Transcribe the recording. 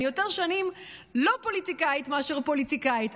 אני יותר שנים לא פוליטיקאית מאשר פוליטיקאית,